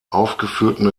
aufgeführten